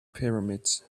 pyramids